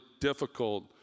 difficult